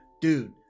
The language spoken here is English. dude